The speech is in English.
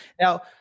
Now